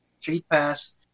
StreetPass